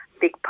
big